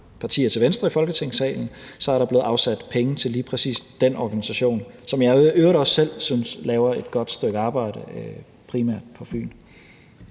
partier til venstre i Folketingssalen, er blevet afsat penge til lige præcis den organisation, som jeg i øvrigt også selv synes laver et godt stykke arbejde, primært på Fyn.